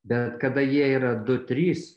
bet kada jie yra du trys